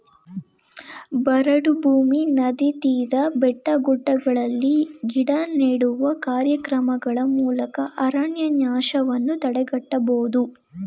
ಬರಡು ಭೂಮಿ, ನದಿ ತೀರ, ಬೆಟ್ಟಗುಡ್ಡಗಳಲ್ಲಿ ಗಿಡ ನೆಡುವ ಕಾರ್ಯಕ್ರಮಗಳ ಮೂಲಕ ಅರಣ್ಯನಾಶವನ್ನು ತಡೆಗಟ್ಟಬೋದು